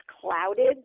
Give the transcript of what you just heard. clouded